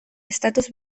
estatus